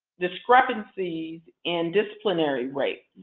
discrepancies in disciplinary rates.